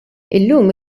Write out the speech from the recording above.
illum